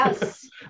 yes